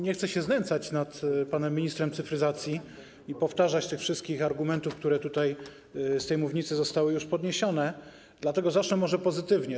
Nie chcę znęcać się nad panem ministrem cyfryzacji i powtarzać tych wszystkich argumentów, które z tej mównicy zostały podniesione, dlatego zacznę może pozytywnie.